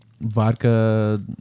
vodka